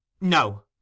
No